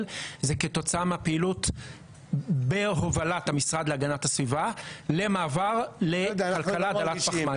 ,זה כתוצאה מהפעילות בהובלת המשרד להגנת הסביבה למעבר לכלכלה דלת פחמן,